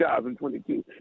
2022